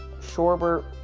Shorbert